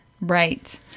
Right